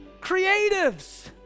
creatives